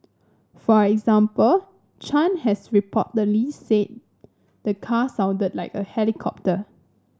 for example Chan has reportedly said the car sounded like a helicopter